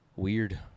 weird